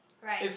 right